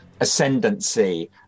ascendancy